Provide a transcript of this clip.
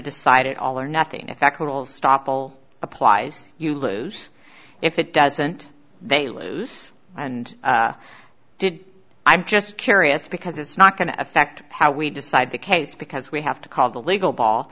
decide it all or nothing effectual stoppel applies you lose if it doesn't they lose and i did i'm just curious because it's not going to affect how we decide the case because we have to call the legal ball